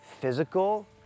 physical